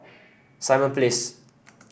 Simon Place